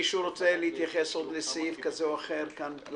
מישהו רוצה להתייחס עוד לסעיף כזה או אחר כאן?